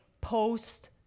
post